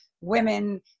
women